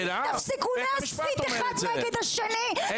תפסיקו להסית אחד נגד השני --- אני יש לי ברירה?